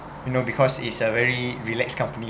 you know because it's a very relaxed company